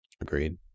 Agreed